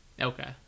okay